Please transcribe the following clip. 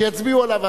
שיצביעו עליו.